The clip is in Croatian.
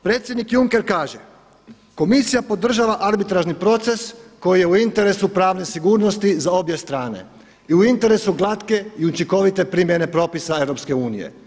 Predsjednik Juncker kaže, komisija podržava arbitražni proces koji je u interesu pravne sigurnosti za obje strane i u interesu glatke i učinkovite primjene propisa EU.